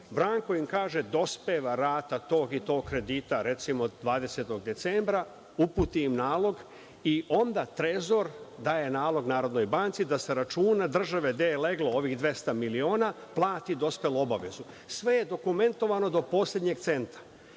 Branko im kaže, dospeva rata tog i tog kredita, recimo, 20. decembra, uputi im nalog i onda Trezor daje nalog NBS da sa računa države gde je leglo ovih 200 miliona plati dospelu obavezu. Sve je dokumentovano do poslednjeg centa.